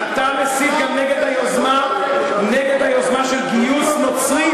אתה מסית גם נגד היוזמה של גיוס נוצרים.